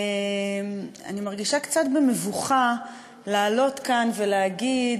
אני מרגישה קצת במבוכה לעלות כאן ולהגיד